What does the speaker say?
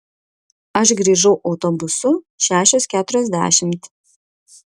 aš grįžau autobusu šešios keturiasdešimt